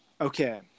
okay